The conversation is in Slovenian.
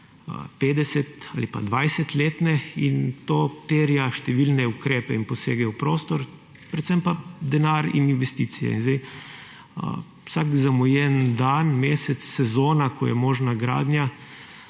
50- ali pa 20-letne, in to terja številne ukrepe in posege v prostor, predvsem pa denar in investicije. Vsak zamujen dan, mesec, sezona, ko je možna gradnja,